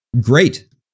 great